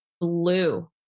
blue